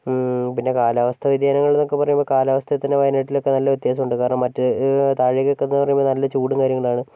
പിന്നെ കാലാവസ്ഥവ്യതിയാനങ്ങളെന്നക്കെ പറയുമ്പം കാലാവസ്ഥയിൽ തന്നെ വയനാട്ടിലെക്കെ നല്ല വ്യത്യാസമുണ്ട് കാരണം മറ്റു താഴെക്കൊക്കെ നല്ല ചൂടും കാര്യങ്ങളുമാണ്